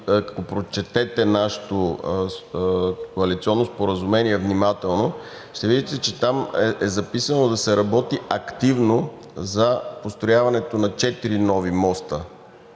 Ако прочетете нашето коалиционно споразумение внимателно, ще видите, че там е записано да се работи активно за построяването на четири нови моста